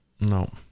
No